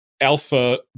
Alpha